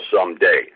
someday